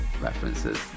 references